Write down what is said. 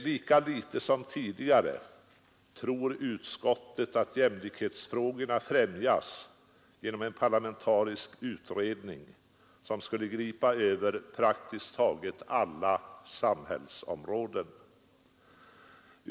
Lika litet som tidigare tror utskottet att jämlikhetsfrågorna främjas genom en parlamentarisk utredning, som skulle gripa över praktiskt taget alla samhällsområden.